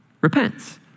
repents